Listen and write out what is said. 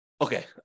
Okay